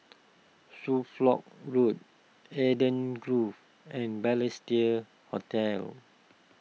Road Eden Grove and Balestier Hotel